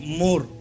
more